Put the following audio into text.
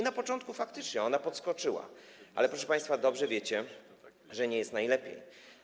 Na początku faktycznie to podskoczyło, ale, proszę państwa, dobrze wiecie, że nie jest najlepiej.